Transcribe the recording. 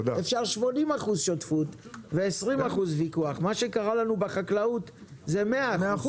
אפשר 80% שותפות ו-20% ויכוח; מה שקרה לנו בחקלאות זה 100%,